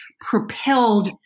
propelled